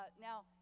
Now